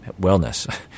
wellness